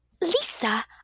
Lisa